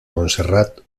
montserrat